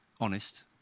Honest